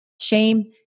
shame